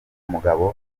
mugabo